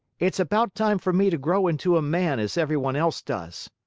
it's about time for me to grow into a man as everyone else does.